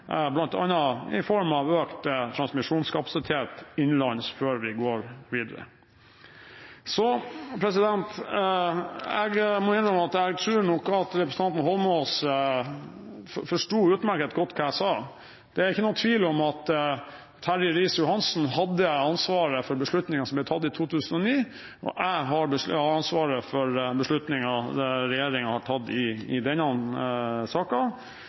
i form av økt transmisjonskapasitet innenlands, før vi går videre. Jeg må innrømme at jeg tror nok at representanten Eidsvoll Holmås forsto utmerket godt hva jeg sa. Det er ingen tvil om at Terje Riis-Johansen hadde ansvaret for beslutningen som ble tatt i 2009, og jeg har ansvaret for beslutningen som regjeringen har tatt i denne